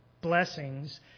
blessings